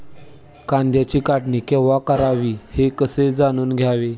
कांद्याची काढणी केव्हा करावी हे कसे जाणून घ्यावे?